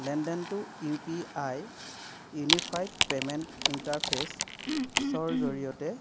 লেনদেনটো U P I unified payment interface ফেচৰ জৰিয়তে